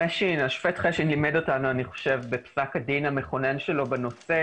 השופט חשין לימד אותנו בפסק הדין המכונן שלו בנושא